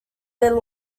where